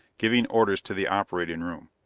giving orders to the operating room.